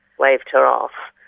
waved her off,